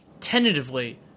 tentatively